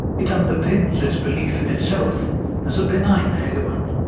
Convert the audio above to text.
it underpins its belief in itself as a benign hegemon,